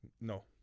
No